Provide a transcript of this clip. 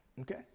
Okay